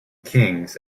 kings